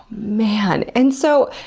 man. and so,